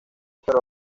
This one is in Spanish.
pero